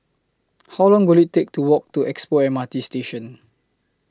How Long Will IT Take to Walk to Expo M R T Station